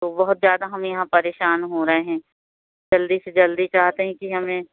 तो बहुत ज़्यादा हम यहाँ परेशान हो रहे हैं जल्दी से जल्दी चाहते हैं कि हमें